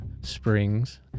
springs